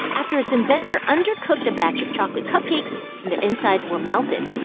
after its inventor undercooked a batch of chocolate cupcakes and their insides were melted.